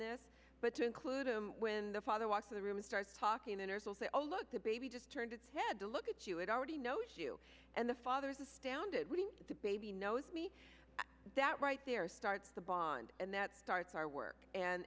this but to include him when the father walks in the room starts talking enters will say oh look the baby just turned its head to look at you it already knows you and the father is astounded when the baby knows me that right there starts the bond and that starts our work and